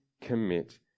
commit